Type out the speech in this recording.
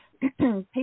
people